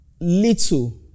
little